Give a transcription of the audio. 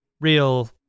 real